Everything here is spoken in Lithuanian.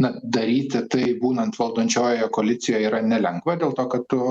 na daryti tai būnant valdančiojoje koalicijoje yra nelengva dėl to kad tu